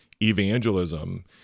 evangelism